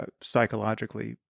psychologically